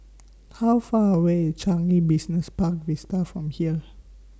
How Far away IS Changi Business Park Vista from here